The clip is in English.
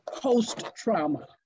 post-trauma